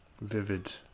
vivid